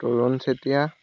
Tarun Chetia